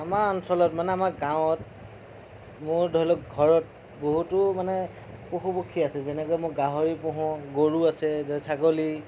আমাৰ অঞ্চলত মানে আমাৰ গাঁৱত মোৰ ধৰি লওঁক ঘৰত বহুতো মানে পশু পক্ষী আছে যেনেকৈ মই গাহৰি পোহোঁ গৰু আছে ছাগলী